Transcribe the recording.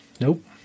Nope